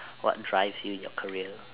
what drives you in your career